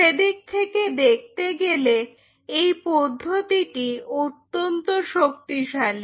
সে দিক থেকে দেখতে গেলে এই পদ্ধতিটি অত্যন্ত শক্তিশালী